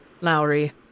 Lowry